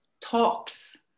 talks